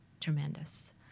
tremendous